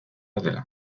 dela